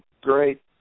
great